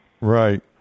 Right